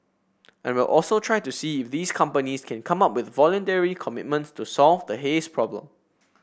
and we'll also try to see if these companies can come up with voluntary commitments to solve the haze problem